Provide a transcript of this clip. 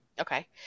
Okay